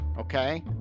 okay